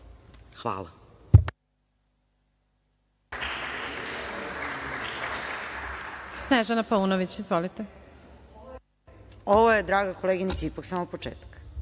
Hvala.